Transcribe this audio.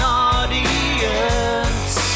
audience